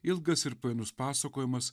ilgas ir painus pasakojimas